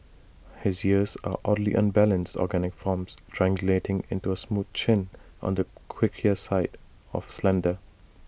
his ears are oddly unbalanced organic forms triangulating into A smooth chin on the quirkier side of slender